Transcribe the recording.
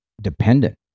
dependent